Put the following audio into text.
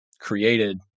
Created